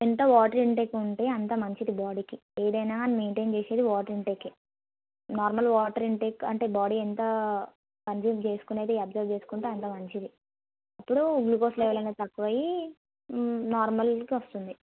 ఎంత water intake ఉంటే అంత మంచిది బాడీకి ఏదైనా మెయింటెన్ చేసేది వాటర్ ఇన్టేకే నార్మల్ వాటర్ ఇన్టేక్ అంటే బాడీ ఎంత కన్య్సూమ్ చేసుకునేది అబ్జర్బ్ చేసుకుంటే అంత మంచిది అప్పుడు గ్లూకోజ్ లెవల్ అనేది తక్కువై నార్మల్కి వస్తుంది